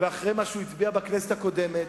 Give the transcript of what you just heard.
ומאחורי מה שהוא הצביע בכנסת הקודמת,